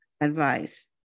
advice